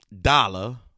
Dollar